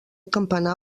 campanar